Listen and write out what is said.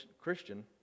christian